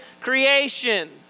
creation